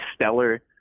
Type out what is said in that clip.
stellar